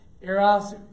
Eros